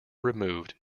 removed